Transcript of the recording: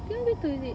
P one P two is it